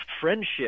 friendship